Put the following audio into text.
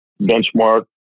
benchmark